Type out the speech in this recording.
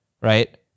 right